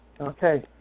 Okay